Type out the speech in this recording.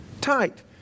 tight